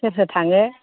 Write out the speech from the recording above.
सोर सोर थाङो